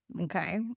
okay